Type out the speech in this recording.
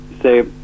say